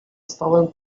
stołem